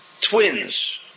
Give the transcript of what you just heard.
twins